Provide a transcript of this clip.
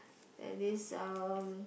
like this um